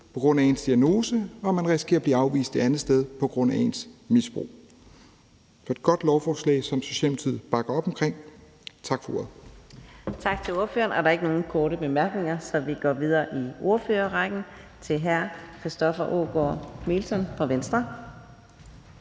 på grund af ens diagnose, og at man risikerer at blive afvist det andet sted på grund af ens misbrug. Så det er et godt lovforslag, som Socialdemokratiet bakker op om. Tak for ordet. Kl. 18:34 Fjerde næstformand (Karina Adsbøl): Tak til ordføreren. Der er ikke nogen korte bemærkninger, så vi går videre i ordførerrækken til hr. Christoffer Aagaard Melson fra Venstre.